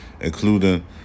including